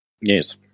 Yes